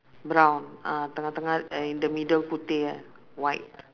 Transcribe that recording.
brown ah tengah tengah uh in the middle putih white